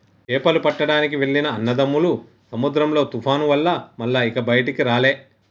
చేపలు పట్టడానికి వెళ్లిన అన్నదమ్ములు సముద్రంలో తుఫాను వల్ల మల్ల ఇక బయటికి రాలే